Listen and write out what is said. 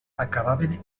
acabaven